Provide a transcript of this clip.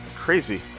Crazy